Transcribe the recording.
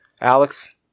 Alex